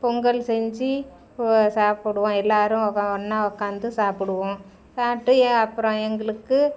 பொங்கல் செஞ்சு சாப்பிடுவோம் எல்லோரும் ஒக்கா ஒன்றா உக்காந்து சாப்பிடுவோம் சாப்பிட்டு ஏ அப்புறோம் எங்களுக்கு